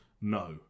no